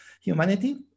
humanity